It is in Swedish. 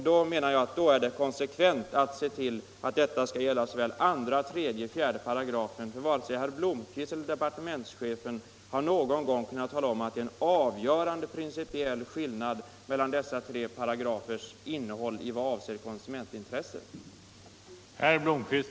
Då menar jag att det är konsekvent att se till att detta skall gälla såväl 2§ som 3 och 4 §§. Varken herr Blomkvist eller departementschefen har någon gång kunnat tala om att det är en avgörande principiell skillnad mellan dessa tre paragrafers innehåll i vad avser konsumentintresset.